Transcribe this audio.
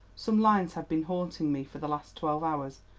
some lines have been haunting me for the last twelve hours,